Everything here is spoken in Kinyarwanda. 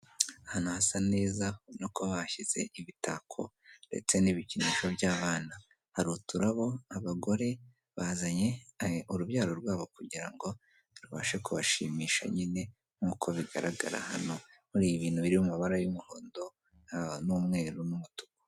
Ahantu hasa neza ubon ako bahashyize ibitako ndetse n'ibikinisho by'abana, hari uturabo abagore bazanye urubyaro rwabo kugira ngo rubashe kubashimisha, nyine nk'uko bigaragara hano muri ibi bintu biri mu mabara y'umuhondo, umweru n'umutuku.